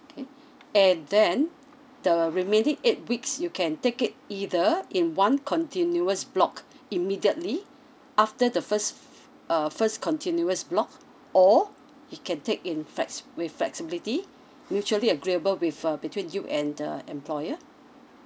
okay and then the remaining eight weeks you can take it either in one continuous block immediately after the first f~ uh first continuous block or you can take in flex~ with flexibility mutually agreeable with uh between you and the employer